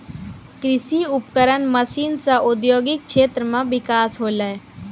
कृषि उपकरण मसीन सें औद्योगिक क्षेत्र म बिकास होलय